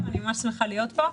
אני ממש שמחה להיות פה.